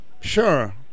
Sure